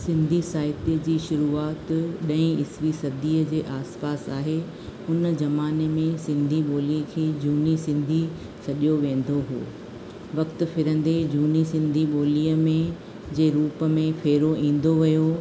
सिंधी साहित्य जी शुरूआत ॾह ईसवी सदीअ जे आसिपासि आहे हुन ज़माने में सिंधी ॿोलीअ खे झूनी सिंधी सॾियो वेंदो हुओ वक़्ति फिरंदे झूनी सिंधी ॿोलीअ में जे रूप में फेरो ईंदो वियो